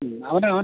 അതിന്